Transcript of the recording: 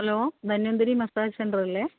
hello Dhanvantari massage centre അല്ലേ